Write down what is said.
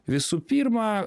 visų pirma